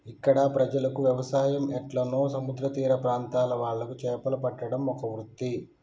ఇక్కడ ప్రజలకు వ్యవసాయం ఎట్లనో సముద్ర తీర ప్రాంత్రాల వాళ్లకు చేపలు పట్టడం ఒక వృత్తి